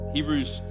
Hebrews